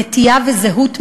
נטייה וזהות מינית.